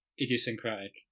idiosyncratic